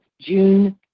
June